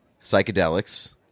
psychedelics